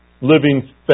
living